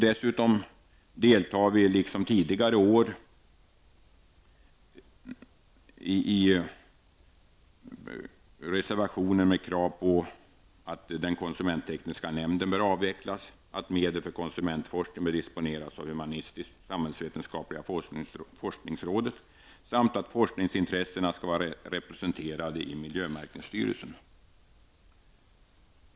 Dessutom deltar centern liksom tidigare i reservationer med krav på att den konsumenttekniska nämnden bör avvecklas, att medel för konsumentforskning bör disponeras av Humanistiskt samhällsvetenskapliga forskningsrådet samt att forskningsintressena skall vara representerade i miljömärkningsstyrelsen.